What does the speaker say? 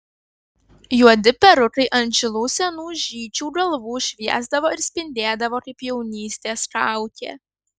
juodi perukai ant žilų senų žydžių galvų šviesdavo ir spindėdavo kaip jaunystės kaukė